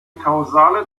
kausale